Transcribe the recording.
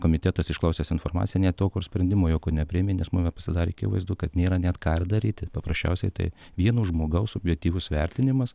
komitetas išklausęs informaciją ne to kur sprendimo jokio nepriėmė nes man pasidarė akivaizdu kad nėra net ką daryti paprasčiausiai tai vieno žmogaus subjektyvus vertinimas